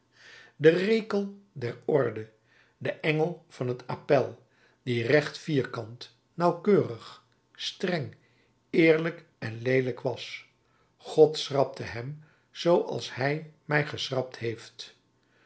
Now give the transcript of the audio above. de rekel der orde de engel van t appèl die recht vierkant nauwkeurig streng eerlijk en leelijk was god schrapte hem zoo als hij mij geschrapt heeft